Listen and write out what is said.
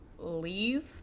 leave